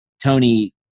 Tony